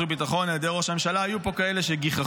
וביטחון על ידי ראש הממשלה היו פה כאלה שגיחכו,